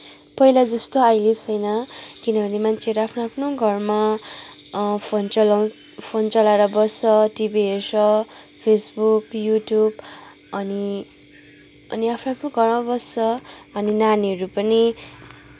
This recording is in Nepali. पहिला जस्तो आहिले छैन किनभने मान्छेहरू आफ्नो आफ्नो घरमा फोन चलाउ फोन चलाएर बस्छ टिभी हेर्छ फेसबुक युट्युब अनि अनि आफ्नो आफ्नो घरमा बस्छ अनि नानीहरू पनि